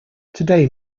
today